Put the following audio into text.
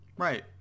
Right